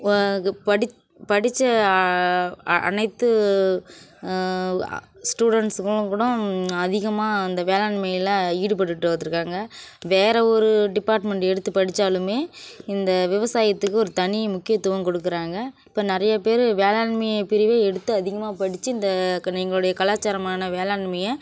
படிச் படிச்ச அ அனைத்து ஆ ஸ்டூடண்ட்ஸுங்களும் கூடும் அதிகமாக அந்த வேளாண்மையில் ஈடுபட்டுட்டு வந்துருக்காங்கள் வேற ஒரு டிப்பார்ட்மெண்ட் எடுத்து படிச்சாளுமே இந்த விவசாயத்துக்கு ஒரு தனி முக்கியத்துவம் கொடுக்குறாங்க இப்போ நிறைய பேரு வேளாண்மை பிரிவே எடுத்து அதிகமாக படித்து இந்த க எங்களுடைய கலாச்சாரமான வேளாண்மையை